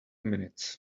minutes